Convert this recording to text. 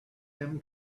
him